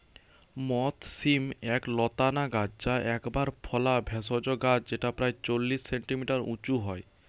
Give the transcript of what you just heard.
মথ শিম এক লতানা গাছ যা একবার ফলা ভেষজ গাছ যেটা প্রায় চল্লিশ সেন্টিমিটার উঁচু হয়